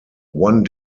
one